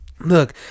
look